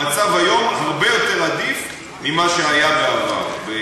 המצב היום הרבה יותר עדיף ממה שהיה בעבר.